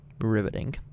riveting